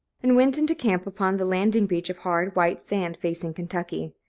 and went into camp upon the landing-beach of hard, white sand, facing kentucky.